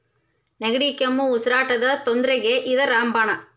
ನೆಗಡಿ, ಕೆಮ್ಮು, ಉಸಿರಾಟದ ತೊಂದ್ರಿಗೆ ಇದ ರಾಮ ಬಾಣ